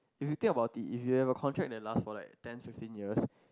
if you think about it if you have a contract that last for like ten fifteen years